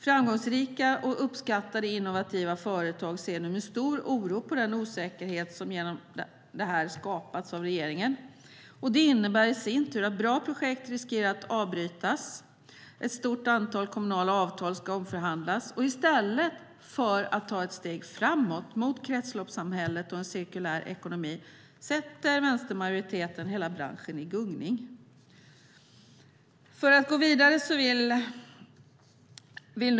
Framgångsrika och uppskattade innovativa företag ser nu med stor oro på den osäkerhet som genom detta skapats av regeringen. Det innebär i sin tur att bra projekt riskerar att avbrytas och att ett stort antal kommunala avtal ska omförhandlas. I stället för att ta steg framåt mot kretsloppssamhället och en cirkulär ekonomi sätter vänstermajoriteten hela branschen i gungning.